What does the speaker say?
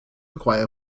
acquire